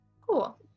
Cool